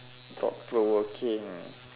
thought provoking